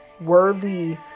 worthy